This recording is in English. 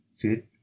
Fit